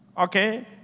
Okay